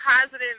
positive